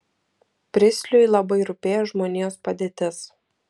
pristliui labai rūpėjo žmonijos padėtis